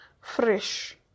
fresh